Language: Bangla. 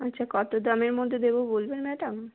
আচ্ছা কতো দামের মধ্যে দেবো বলবেন ম্যাডাম